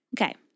Okay